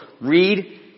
read